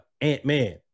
Ant-Man